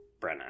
brenna